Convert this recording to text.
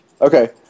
Okay